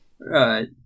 Right